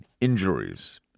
injuries